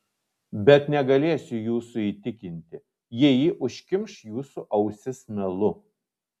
bet negalėsiu jūsų įtikinti jei ji užkimš jūsų ausis melu